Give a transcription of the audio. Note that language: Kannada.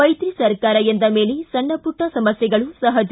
ಮೈತ್ರಿ ಸರಕಾರ ಎಂದ ಮೇಲೆ ಸಣ್ಣಪುಟ್ಟ ಸಮಸ್ಯೆಗಳು ಸಹಜ